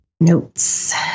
Notes